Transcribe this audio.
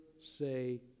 say